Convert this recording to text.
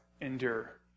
endure